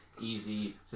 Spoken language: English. easy